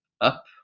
up